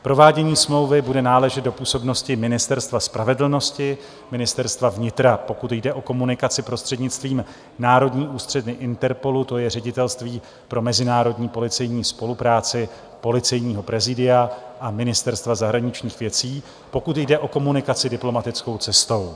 Provádění smlouvy bude náležet do působnosti Ministerstva spravedlnosti a Ministerstva vnitra, pokud jde o komunikaci prostřednictvím Národní ústředny Interpolu, to je Ředitelství pro mezinárodní policejní spolupráci, Policejního prezdia a Ministerstva zahraničních věcí, pokud jde o komunikaci diplomatickou cestou.